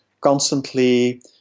constantly